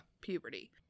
puberty